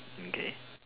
mm K